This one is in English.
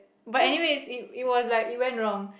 but anyway it it was like it went wrong